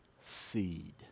seed